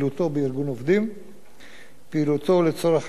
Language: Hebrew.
פעילותו לצורך הקמת ארגון של עובדים,